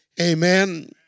Amen